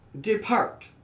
depart